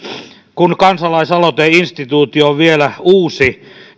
kun kansalaisaloiteinstituutio on vielä uusi